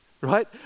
right